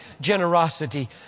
generosity